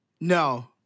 No